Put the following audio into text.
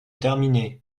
terminé